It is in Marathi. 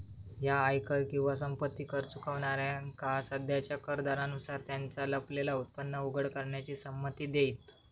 ह्या आयकर किंवा संपत्ती कर चुकवणाऱ्यांका सध्याच्या कर दरांनुसार त्यांचा लपलेला उत्पन्न उघड करण्याची संमती देईत